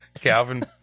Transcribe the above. Calvin